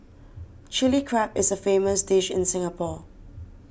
Chilli Crab is a famous dish in Singapore